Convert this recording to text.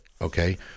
Okay